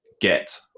get